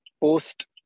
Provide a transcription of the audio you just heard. post